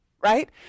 Right